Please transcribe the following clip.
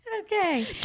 Okay